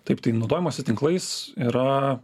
taip tai naudojimasis tinklais yra